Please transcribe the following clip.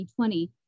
2020